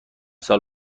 سال